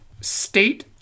state